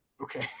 Okay